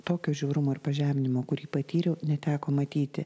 tokio žiaurumo ir pažeminimo kurį patyriau neteko matyti